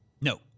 No